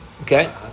Okay